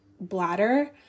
bladder